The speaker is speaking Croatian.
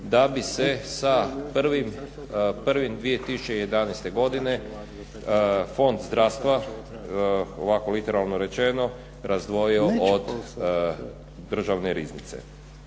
da bi se sa 01.01.2011. godine fond zdravstva, ovako literarno rečeno, razdvojio od Državne riznice.